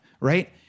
right